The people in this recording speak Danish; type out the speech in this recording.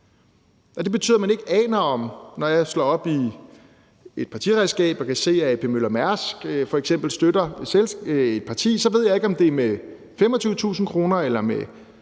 Det betyder, at jeg ikke aner, når jeg slår op i et partiregnskab og kan se, at A.P. Møller Mærsk f.eks. støtter et parti, om det er med 25.000 kr. eller med